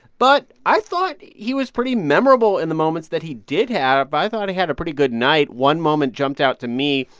but i thought he was pretty memorable in the moments that he did have. i thought he had a pretty good night one moment jumped out to me.